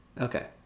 Okay